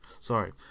Sorry